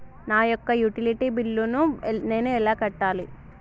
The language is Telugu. నా యొక్క యుటిలిటీ బిల్లు నేను ఎలా కట్టాలి?